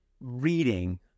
reading